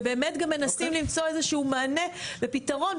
וגם באמת מנסים למצוא איזשהו מענה ופתרון.